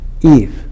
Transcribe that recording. Eve